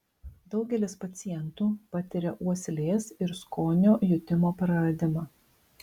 daugelis pacientų patiria uoslės ir skonio jutimo praradimą